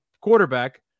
quarterback